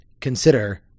consider